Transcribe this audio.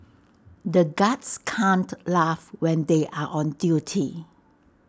the guards can't laugh when they are on duty